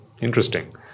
interesting